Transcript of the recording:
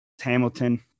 Hamilton